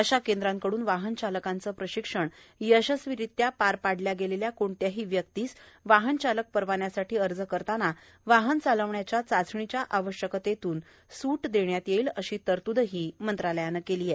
अशा केंद्रांकड्रन वाहन चालकाचं प्रशिक्षण यशस्वीरीत्या पार पाडल्या गेलेल्या कोणत्याही व्यक्तीस वाहनचालक परवान्यासाठी अर्ज करताना वाहन चालवण्याच्या चाचणीच्या आवश्यकतेतून सूट देण्यात येईल अशी तरतूदही मंत्रालयानं केली आहे